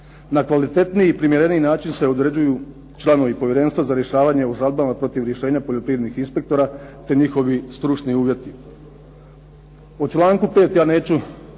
Na kvalitetniji i primjereniji način se određuju članovi povjerenstva za rješavanje o žalbama protiv rješenja poljoprivrednih inspektora, te njihovi stručni uvjeti. O članku 5. ja neću